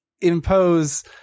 impose